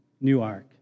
Newark